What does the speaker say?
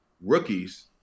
rookies